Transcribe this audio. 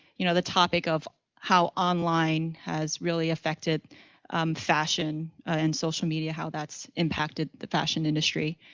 you know, the topic of how online has really affected fashion and social media, how that's impacted the fashion industry.